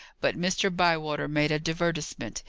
but mr. bywater made a divertisement.